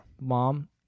mom